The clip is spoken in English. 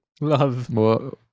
love